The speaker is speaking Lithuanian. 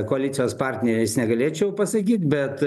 koalicijos partneriais negalėčiau pasakyt bet